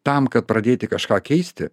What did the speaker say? tam kad pradėti kažką keisti